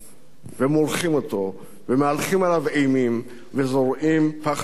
ומורחים אותו ומהלכים עליו אימים וזורעים פחד ומורא.